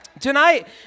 Tonight